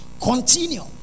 Continue